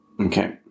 Okay